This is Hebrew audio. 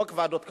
חוק ועדות קבלה.